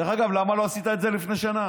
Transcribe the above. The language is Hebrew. דרך אגב, למה לא עשית את זה לפני שנה?